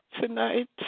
tonight